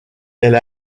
elle